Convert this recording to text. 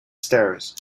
stairs